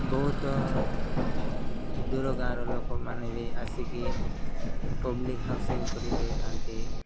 ବହୁତ ଦୂର ଗାଁର ଲୋକମାନେ ବି ଆସିକି ପବ୍ଲିକ୍ ହାଉସିଂ କରି ରହିଥାନ୍ତି